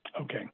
Okay